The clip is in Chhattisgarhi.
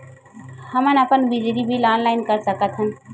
हमन अपन बिजली बिल ऑनलाइन कर सकत हन?